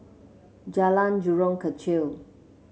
Jalan Jurong Kechil